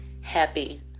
happy